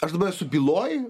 aš dabar esu byloj